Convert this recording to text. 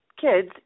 kids